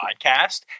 podcast